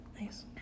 Nice